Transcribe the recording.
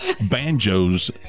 banjos